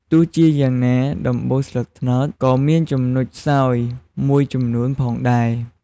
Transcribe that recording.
ទោះជាយ៉ាងណា ដំបូលស្លឹកត្នោតក៏មានចំណុចខ្សោយមួយចំនួនផងដែរ។